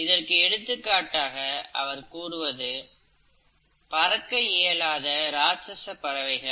இதற்கு எடுத்துக்காட்டாக அவர் கூறுவது பறக்க இயலாத ராட்சஸ பறவைகள்